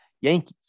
Yankees